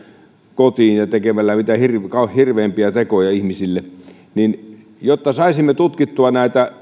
kotiin ja tekemällä mitä hirveimpiä tekoja ihmisille jotta saisimme tutkittua